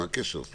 מה הקשר?